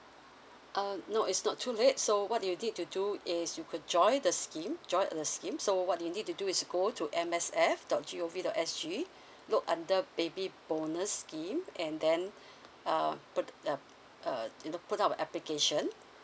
err no it's not too late so what you need to do is you could join the scheme join the scheme so what you need to do is go to M S F dot G O V dot S G look under baby bonus scheme and then err put uh uh you know put up the application